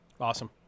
Awesome